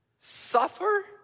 suffer